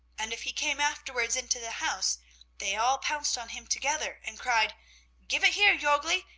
and if he came afterwards into the house they all pounced on him together and cried give it here, jorgli!